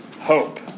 hope